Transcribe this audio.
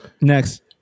Next